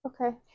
okay